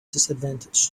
disadvantage